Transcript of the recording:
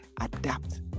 adapt